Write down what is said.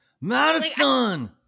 Madison